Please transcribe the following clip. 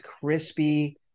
crispy